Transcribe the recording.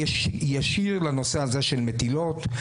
ישיר לנושא הזה של מטילות,